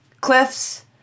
cliffs